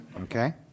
Okay